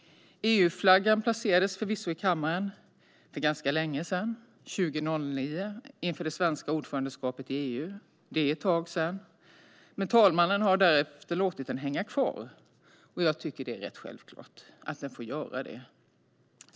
EU-flaggan placerades förvisso i kammaren för ganska länge sedan, 2009, inför det svenska ordförandeskapet i EU; det är tag sedan. Men talmannen har därefter låtit den hänga kvar, och jag tycker att det är rätt självklart att den får göra det.